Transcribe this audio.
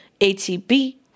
ATB